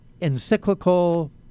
encyclical